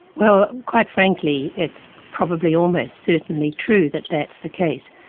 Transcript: well quite frankly, it's probably almost certainly true that that's the case.